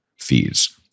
fees